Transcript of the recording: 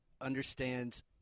understands